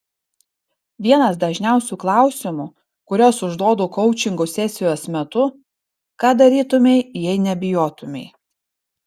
vienas dažniausių klausimų kuriuos užduodu koučingo sesijos metu ką darytumei jei nebijotumei